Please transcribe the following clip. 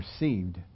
received